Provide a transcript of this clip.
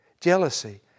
jealousy